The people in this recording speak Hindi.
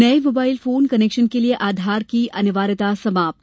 नये मोबाइल फोन कनेक्शन के लिए आधार की अनिवार्यता समाप्त